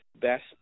Best